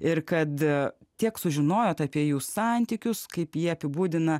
ir kad tiek sužinojot apie jų santykius kaip jie apibūdina